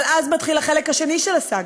אבל אז מתחיל החלק השני של הסאגה,